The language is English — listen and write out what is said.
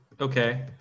okay